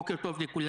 בוקר טוב לכולם.